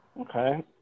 Okay